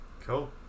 Cool